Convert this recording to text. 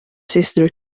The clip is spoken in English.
sister